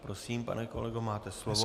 Prosím, pane kolego, máte slovo.